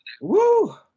Woo